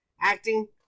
acting